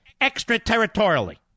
extraterritorially